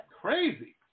Crazy